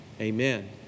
Amen